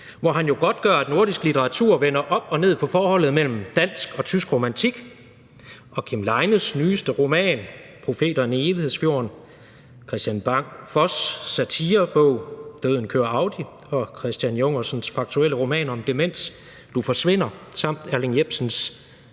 hvor han jo godtgør, at nordisk litteratur vender op og ned på forholdet mellem dansk og tysk romantik. Og Kim Leines roman »Profeterne i Evighedsfjorden«, Kristian Bang Foss' satirebog »Døden kører Audi« og Christian Jungersens faktuelle roman om demens, »Du forsvinder«, samt Erling Jepsens